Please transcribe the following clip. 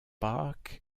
park